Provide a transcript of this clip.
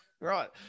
Right